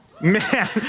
Man